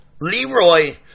Leroy